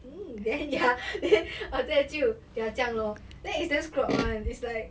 mm then ya then after that 就 ya 这样 lor then damn scrub [one] is like